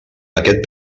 aquest